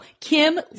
Kim